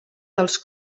dels